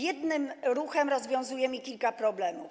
Jednym ruchem rozwiązujemy kilka problemów.